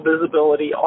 visibility